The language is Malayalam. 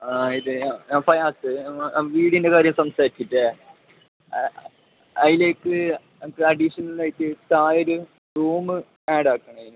ഇത് ആ അപ്പോൾ ലാസ്റ്റ് ആ വീടിൻ്റെ കാര്യം സംസാരിച്ചിറ്റേ അതിലേക്ക് എനിക്ക് അഡീഷണലായിറ്ട്ട് താഴൊരു റൂമ് ആഡാക്കണേനു